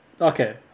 Okay